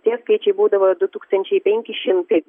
tie skaičiai būdavo du tūkstančiai penki šimtai